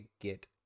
get